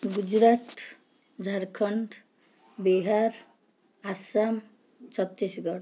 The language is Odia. ଗୁଜରାଟ ଝାରଖଣ୍ଡ ବିହାର ଆସାମ ଛତିଶଗଡ଼